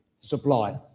Supply